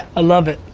ah love it,